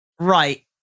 right